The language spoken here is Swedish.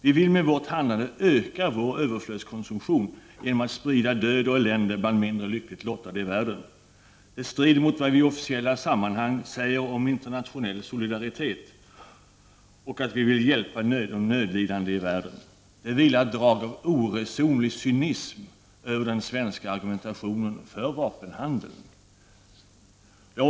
Vi vill med vårt handlande öka vår överflödskonsumtion genom att sprida död och elände bland mindre lyckligt lottade i världen. Det strider mot vad vi i officiella sammanhang säger om internationell solidaritet och om att vi vill hjälpa de nödlidande i världen. Det vilar ett drag av oresonlig cynism över den svenska argumentationen för vapenhandeln.